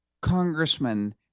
Congressman